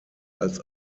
als